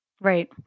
Right